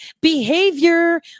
behavior